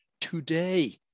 today